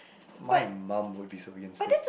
my mum will be so against it